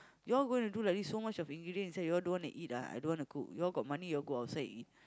you all gonna do like that so much of ingredient inside you all don't want to eat ah I don't wanna cook you all got money you all go outside and eat